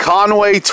Conway